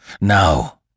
now